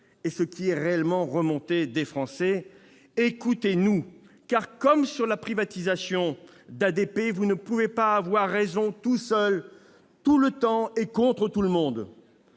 et ce qui est réellement remonté des Français. Écoutez-nous, car, comme sur la privatisation d'ADP, vous ne pouvez pas toujours avoir raison tout seul, tout le temps et contre tout le monde